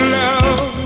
love